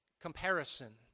comparison